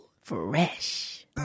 Fresh